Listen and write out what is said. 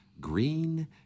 green